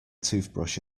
toothbrush